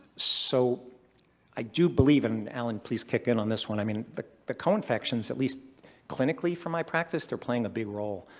so i do believe and allen, please kick in on this one, i mean the the co-infections at least clinically from my practice, they're playing a big role